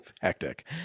hectic